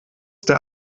der